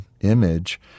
image